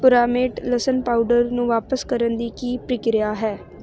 Puramate ਲਸਣ powder ਨੂੰ ਵਾਪਸ ਕਰਨ ਦੀ ਕੀ ਪ੍ਰਕਿਰਿਆ ਹੈ